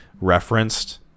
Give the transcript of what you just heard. referenced